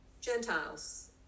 Gentiles